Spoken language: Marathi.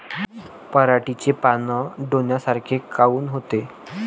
पराटीचे पानं डोन्यासारखे काऊन होते?